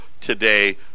today